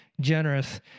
generous